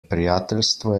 prijateljstvo